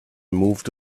moved